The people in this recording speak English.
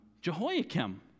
Jehoiakim